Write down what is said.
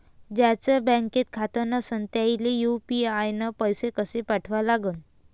ज्याचं बँकेत खातं नसणं त्याईले यू.पी.आय न पैसे कसे पाठवा लागन?